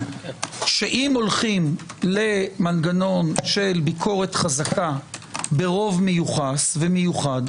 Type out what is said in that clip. שאם הולכים למנגנון של ביקורת חזקה ברוב מיוחס ומיוחד,